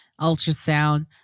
ultrasound